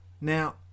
Now